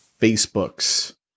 Facebook's